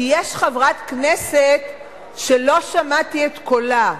כי יש חברת כנסת שלא שמעתי את קולה.